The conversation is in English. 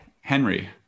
Henry